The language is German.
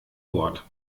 wort